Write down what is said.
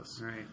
Right